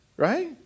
right